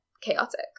chaotic